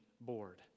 board